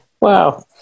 Wow